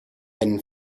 been